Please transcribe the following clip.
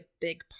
big